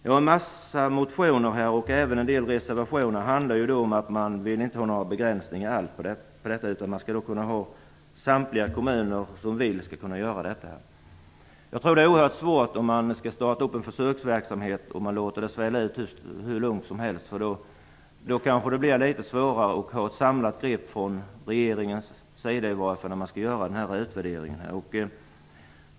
En mängd motioner och även en del reservationer handlar om att man inte vill ha några begränsningar alls och att samtliga kommuner som vill delta skall kunna göra det. När man startar en försöksverksamhet tror jag att det blir svårt, om man låter den svälla ut hur mycket som helst. Då kanske det blir litet svårare att ta ett samlat grepp, i varje fall från regeringens sida, när det skall göras en utvärdering.